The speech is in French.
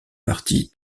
partie